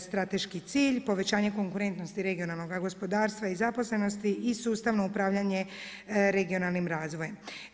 strateški cilj, povećanje konkurentnosti regionalnog gospodarstva i zaposlenosti i sustavno upravljanje regionalnim razvojem.